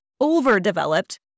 overdeveloped